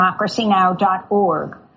democracynow.org